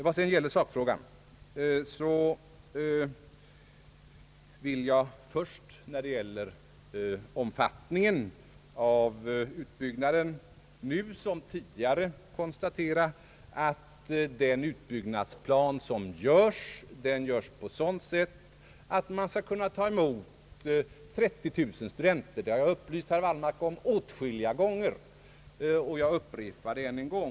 Vad sedan gäller sakfrågan vill jag beträffande omfattningen av utbyggnaden nu som tidigare konstatera att den utbyggnadsplan som utarbetas utformas på ett sådant sätt att området skall kunna ta emot 30000 studenter. Det har jag upplyst herr Wallmark om åtskilliga gånger, och jag upprepar det nu än en gång.